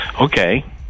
Okay